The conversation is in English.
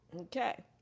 Okay